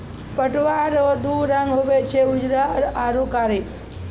पटुआ रो दू रंग हुवे छै उजरा आरू कारी